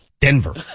Denver